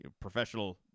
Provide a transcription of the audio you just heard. professional